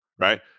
right